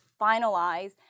finalize